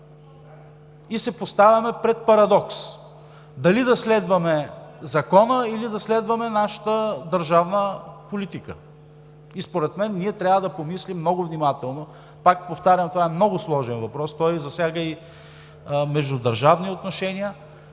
и се поставяме пред парадокс дали да следваме закона, или да следваме нашата държавна политика и според мен ние трябва да помислим много внимателно. Пак повтарям, това е много сложен въпрос, той засяга и междудържавни отношения,